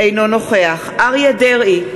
אינו נוכח אריה דרעי,